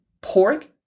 pork